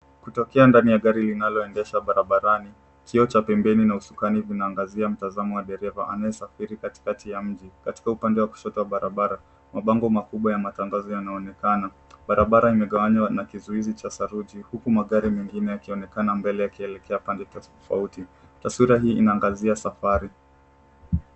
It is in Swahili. Kutokea ndani ya gari linaloendeshwa barabarani kioo cha pembeni na usukani vinaangazia mtazamo wa dereva anayesafiri katikati ya mji. Katika upande wa kushoto wa barabara mabango makubwa ya matangazo yanaonekana. Barabara imegawanywa na kizuizi cha saruji huku magari mengine yakionekana mbele yakielekea pande tofauti. Taswira hii inaangazia safari.